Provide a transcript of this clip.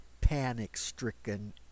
panic-stricken